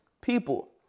people